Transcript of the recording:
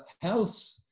health